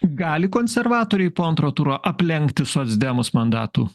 gali konservatoriai po antro turo aplenkti socdemus mandatų